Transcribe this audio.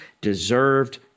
deserved